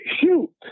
shoot